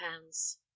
pounds